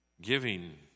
giving